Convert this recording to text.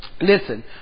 listen